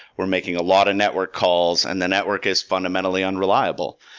we're making a lot of network calls, and the network is fundamentally unreliable.